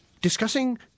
discussing